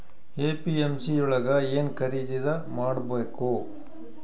APMC ಯೊಳಗ ಏನ್ ಖರೀದಿದ ಮಾಡ್ಬೇಕು?